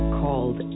called